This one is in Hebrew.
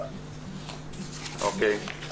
יש